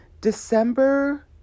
December